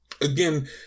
again